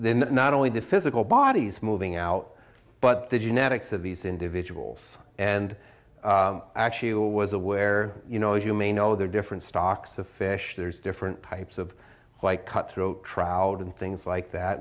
then not only the physical bodies moving out but the genetics of these individuals and actually was aware you know as you may know there are different stocks of fish there's different types of like cutthroat trout and things like that